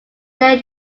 they